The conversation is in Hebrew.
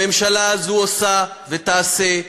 הממשלה הזאת עושה ותעשה,